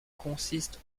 consiste